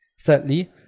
Thirdly